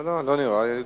לא, לא נראה לי.